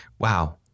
Wow